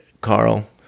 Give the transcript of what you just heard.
Carl